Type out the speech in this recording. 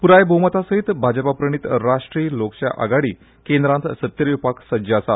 पुराय भोवमता सयत भाजपा प्रणीत राष्ट्रीय लोकशाय आघाडी केंद्रांत सत्तेर येवपाक सज्ज आसा